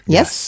Yes